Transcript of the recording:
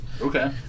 Okay